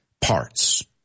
parts